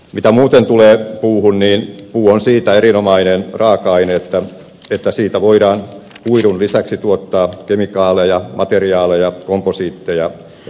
mitä muuten tulee puuhun niin puu on siitä erinomainen raaka aine että siitä voidaan kuidun lisäksi tuottaa kemikaaleja materiaaleja komposiitteja ja polttoainekomponentteja